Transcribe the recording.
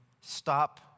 stop